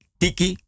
tiki